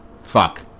Fuck